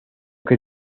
que